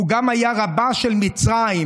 והוא גם היה רבה של מצרים,